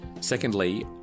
Secondly